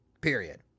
Period